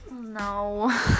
No